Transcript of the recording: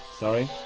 sorry?